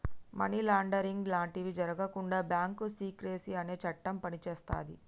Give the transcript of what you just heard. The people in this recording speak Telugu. మనీ లాండరింగ్ లాంటివి జరగకుండా బ్యాంకు సీక్రెసీ అనే చట్టం పనిచేస్తది